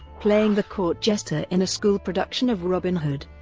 playing the court jester in a school production of robin hood.